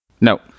No